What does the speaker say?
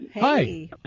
Hi